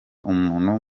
umuntu